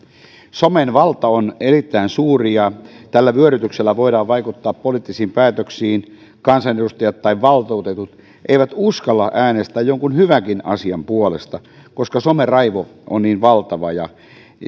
somen valta on erittäin suuri ja tällä vyörytyksellä voidaan vaikuttaa poliittisiin päätöksiin kansanedustajat tai valtuutetut eivät uskalla äänestää minkään hyvänkään asian puolesta koska somen raivo on niin valtava